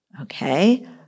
Okay